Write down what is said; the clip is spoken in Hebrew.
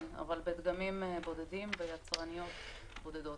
כן, אבל בדגמים בודדים ויצרניות בודדות.